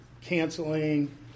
canceling